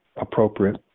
appropriate